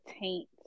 taint